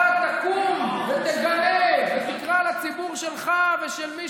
אתה תקום ותגנה ותקרא לציבור שלך ושל מי